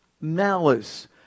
malice